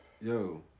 Yo